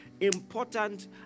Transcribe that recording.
important